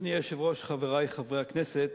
אדוני היושב-ראש, חברי חברי הכנסת,